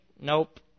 Nope